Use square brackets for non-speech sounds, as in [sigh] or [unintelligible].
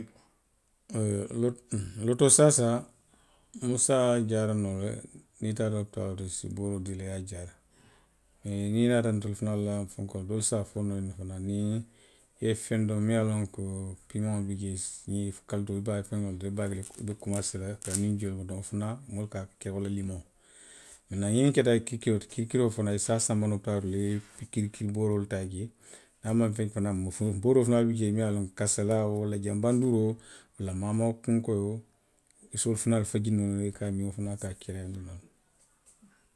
[hesitation] lo, lootoo saasaa, moo se a jaara noo le. niŋ i taata opitaaloo to i se booroo dii i la i ye a jaara. Mee niŋ a ye a tara ntolu fanaŋ la fenkoo, doolu se a fonoo i ye fanaŋ niŋ i ye feŋ domo miŋ ye a loŋ ko pimaŋo bi jee. [unintelligible] i be komaasee la ka nuŋ jio bondi, wo fanaŋ moolu ka a ke walla limoŋo. Miŋ fanaŋ keta kirikiroo ti. kirikiroo fanaŋ i se a sanba nooopitaaloo to i ye kirikiri booroolu taa jee, niŋ a maŋ kendeyaa fanaŋ, booroolu bi jee le minnu ye a loŋ ko kasalaa woo walla. janbanduuroo. walla maamakunkoyoo. i se wolu fanaŋ faji noo le, i ka a miŋ wo fanaŋ ka a kereyaandi noo le.